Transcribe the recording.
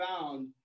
found